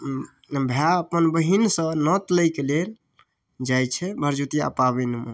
भाय अपन बहिनसँ नौत लए कऽ लेल जाइ छै भरदुतिआ पाबनिमे